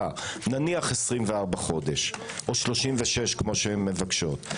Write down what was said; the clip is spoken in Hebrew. נניח 24 חודש או 36 כמו שהן מבקשות,